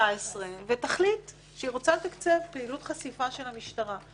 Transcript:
ותחליט שהיא רוצה לתקצב פעילות חשיפה של המשטרה.